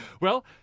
Well-